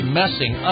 messing